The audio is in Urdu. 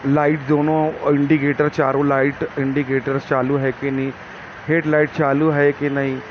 لائٹ دونوں انڈیکیٹر چاروں لائٹ انڈیکیٹرس چالو ہے کہ نہیں ہیڈلائٹ چالو ہے کہ نہیں